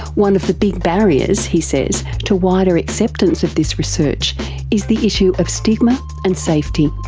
one of the big barriers, he says, to wider acceptance of this research is the issue of stigma and safety.